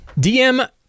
dm